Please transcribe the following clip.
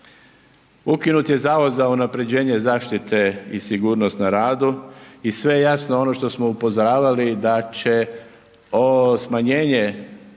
ukinut je Zavod za unaprjeđenje zaštite i sigurnost na radu i sve jasno ono što smo upozoravali da će ovo smanjenje